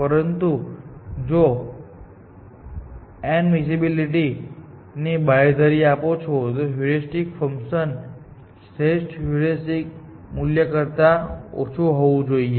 પરંતુ જો તમે એડમિસિબિલિટી ની બાંયધરી આપો છો તો હ્યુરિસ્ટિક ફંકશન શ્રેષ્ઠ હ્યુરિસ્ટિક મૂલ્ય કરતા ઓછું હોવું જોઈએ